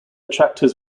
tractors